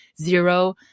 zero